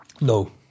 No